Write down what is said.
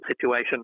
situation